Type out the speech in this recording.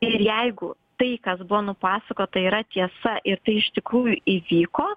ir jeigu tai kas buvo nupasakota yra tiesa ir tai iš tikrųjų įvyko